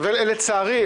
לצערי,